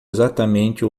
exatamente